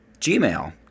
Gmail